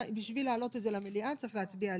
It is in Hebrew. בשביל להעלות את זה למליאה צריך להצביע עליהן.